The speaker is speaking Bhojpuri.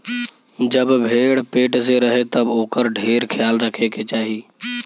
जब भेड़ पेट से रहे तब ओकर ढेर ख्याल रखे के चाही